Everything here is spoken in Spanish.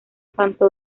santo